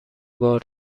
بار